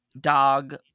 dog